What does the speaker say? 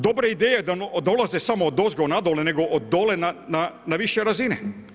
Dobre ideje da dolaze smo odozgo na dole nego od dole na više razine.